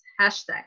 hashtag